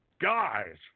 guys